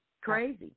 Crazy